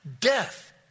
death